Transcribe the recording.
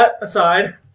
aside